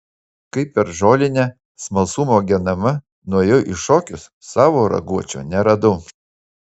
kai per žolinę smalsumo genama nuėjau į šokius savo raguočio neradau